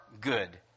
good